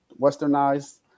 Westernized